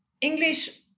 English